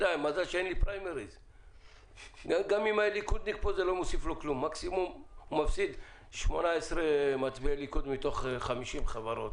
כן הוכיח כי עשה כל שניתן כדי למלא את חובתו.